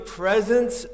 presence